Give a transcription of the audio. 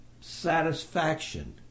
satisfaction